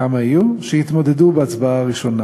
כמה יהיו שהתמודדו בהצבעה הראשונה,